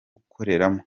gukoreramo